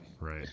Right